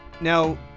Now